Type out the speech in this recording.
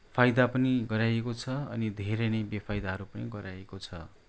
फाइदा पनि गराएको छ अनि धेरै नै बेफाइदाहरू पनि गराएको छ